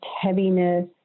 heaviness